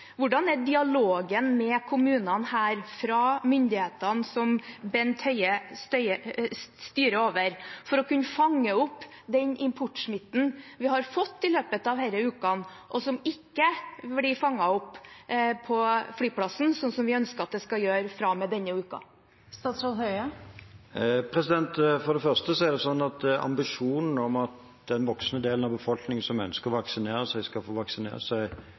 Hvordan er dialogen med kommunene fra myndighetene som Bent Høie styrer over, for å kunne fange opp den importsmitten vi har fått i løpet av disse ukene, og som ikke blir fanget opp på flyplassen, slik vi ønsker at den skal fra og med denne uken? For det første er det sånn at ambisjonen om at den voksne delen av befolkningen som ønsker å vaksinere seg, skal få vaksinere seg